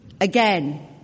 Again